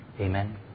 Amen